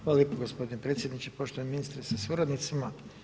Hvala lijepo gospodin potpredsjedniče, poštovani ministre sa suradnicima.